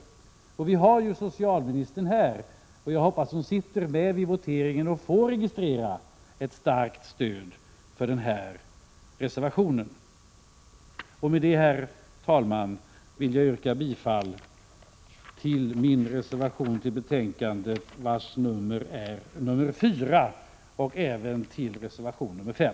Vi har socialministern här, och jag hoppas att hon sitter med vid voteringen och får registrera ett starkt stöd för den här reservationen. Med det, herr talman, vill jag yrka bifall till min reservation, vars nummer är 4, och även till reservation nr 5.